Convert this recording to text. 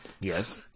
Yes